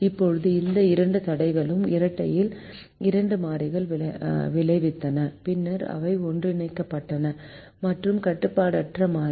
இப்போது இந்த இரண்டு தடைகளும் இரட்டையில் இரண்டு மாறிகள் விளைவித்தன பின்னர் அவை ஒன்றிணைக்கப்பட்டன மற்றும் கட்டுப்பாடற்ற மாறி